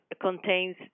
contains